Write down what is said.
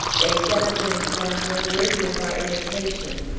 they set us an example worthy of our imitation,